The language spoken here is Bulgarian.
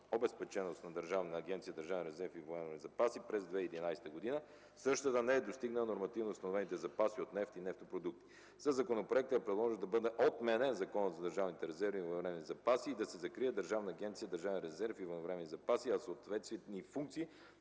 обезпеченост на Държавната агенция „Държавен резерв и военновременни запаси” през 2011 г. същата не е достигнала нормативно установените запаси от нефт и нефтопродукти. Със законопроекта е предложено да бъде отменен Законът за държавните резерви и военновременните запаси, да се закрие Държавната агенция „Държавен резерв и военновременни запаси”, а съответните функции